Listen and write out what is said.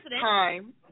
time